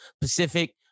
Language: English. pacific